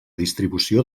distribució